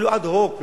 אפילו אד-הוק,